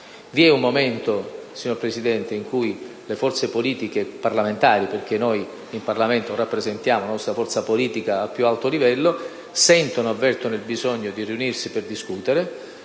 Vi è un momento, signor Presidente, in cui le forze politiche parlamentari (perché noi in Parlamento rappresentiamo la nostra forza politica al più alto livello) avvertono il bisogno di riunirsi per discutere,